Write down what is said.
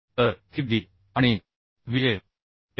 तर ही d आणि Vf